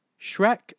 Shrek